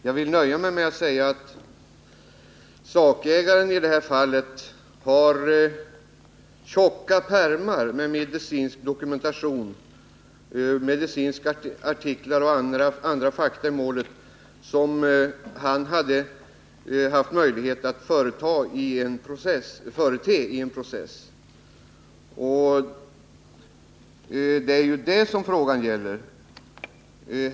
Jag vill nöja mig med att säga att sakägaren i detta fall har tjocka pärmar med medicinsk dokumentation — artiklar och andra fakta — som han hade haft möjlighet att förete i en process. Det är ju detta frågan gäller.